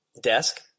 desk